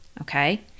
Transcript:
Okay